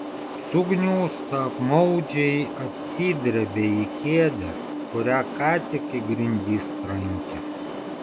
sugniūžta apmaudžiai atsidrebia į kėdę kurią ką tik į grindis trankė